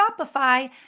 Shopify